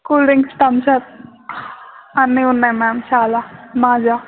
cool drinks టప్సప్ అన్నీ ఉన్నాయి మ్యామ్ చాలా మాజా